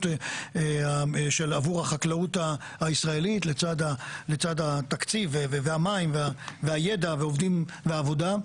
עבור החקלאות הישראלית לצד התקציב והמים והידע והעבודה,